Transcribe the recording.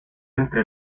entre